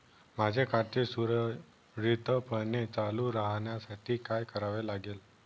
माझे खाते सुरळीतपणे चालू राहण्यासाठी काय करावे लागेल?